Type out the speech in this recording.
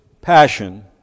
passion